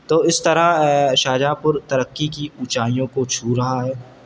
تو اس طرح شاہ جہاں پور ترقی کی اونچائیوں کو چھو رہا ہے